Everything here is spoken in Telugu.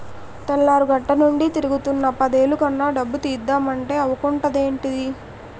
తెల్లారగట్టనుండి తిరుగుతున్నా పదేలు కన్నా డబ్బు తీద్దమంటే అవకుంటదేంటిదీ?